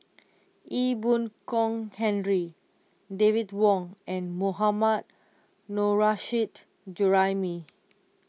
Ee Boon Kong Henry David Wong and Mohammad Nurrasyid Juraimi